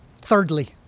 Thirdly